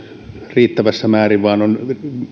riittävässä määrin vaan on